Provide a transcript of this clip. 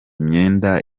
myenda